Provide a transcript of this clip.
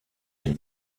des